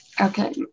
Okay